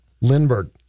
Lindbergh